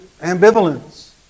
ambivalence